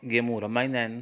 गेमूं रमाईंदा आहिनि